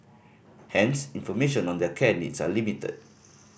hence information on their care needs are limited